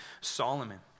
Solomon